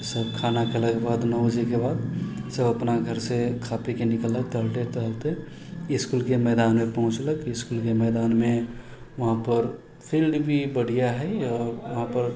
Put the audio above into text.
तऽ सब खाना खेलाके बाद नओ बजेके बाद सब अपना घरसँ खा पी कऽ निकलक टहलते टहलते इसकुलके मैदानमे पहुँचलक इसकुलके मैदानमे वहाँपर फिल्ड भी बढ़िआँ हइ वहाँपर